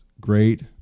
great